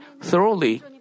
thoroughly